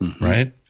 Right